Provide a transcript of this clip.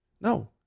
No